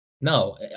No